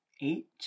eight